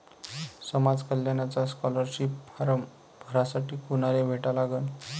समाज कल्याणचा scholarship form भरासाठी कुनाले भेटा लागन?